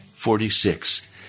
Forty-six